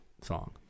song